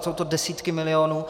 Jsou to desítky milionů.